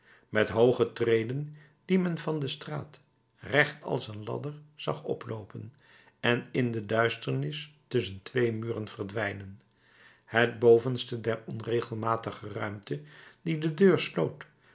met hooge treden die men van de straat recht als een ladder zag oploopen en in de duisternis tusschen twee muren verdwijnen het bovenste der onregelmatige ruimte die de deur sloot